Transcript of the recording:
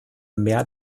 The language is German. mehr